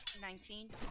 Nineteen